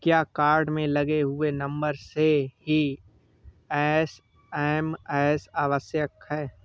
क्या कार्ड में लगे हुए नंबर से ही एस.एम.एस आवश्यक है?